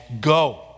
Go